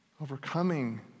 overcoming